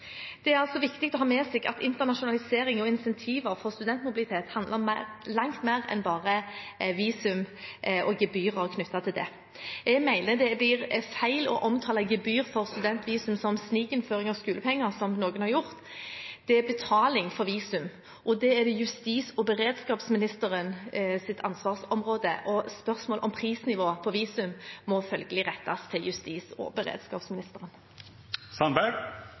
Det er altså viktig å ha med seg at internasjonalisering og incentiver for studentmobilitet handler om langt mer enn bare visum og gebyrer knyttet til det. Jeg mener det blir feil å omtale gebyr for studentvisum som snikinnføring av skolepenger, som noen har gjort. Det er betaling for visum, og dette er justis- og beredskapsministerens ansvarsområde. Spørsmålet om prisnivået på visum må følgelig rettes til justis- og